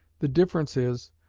the difference is,